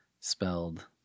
Spelled